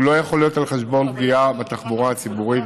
זה לא יכול להיות על חשבון התחבורה הציבורית,